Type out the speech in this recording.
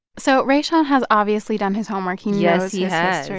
so rayshawn has obviously done his homework. he knows yeah